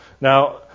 Now